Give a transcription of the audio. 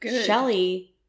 Shelly